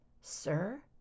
sir